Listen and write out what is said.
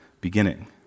beginning